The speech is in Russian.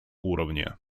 уровне